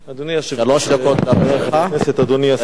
שלוש דקות לרשותך, בסדר?